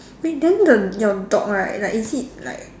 wait then the your dog right like is it like